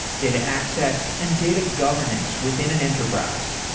data access and data governance within an enterprise.